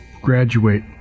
graduate